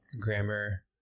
grammar